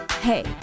Hey